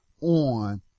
on